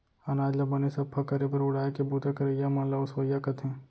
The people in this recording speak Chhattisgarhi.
अनाज ल बने सफ्फा करे बर उड़ाय के बूता करइया मन ल ओसवइया कथें